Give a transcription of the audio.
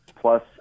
plus